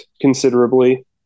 considerably